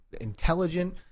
intelligent